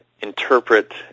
interpret